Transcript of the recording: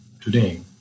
today